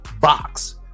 box